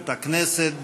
את הכנסת,